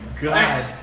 God